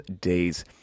days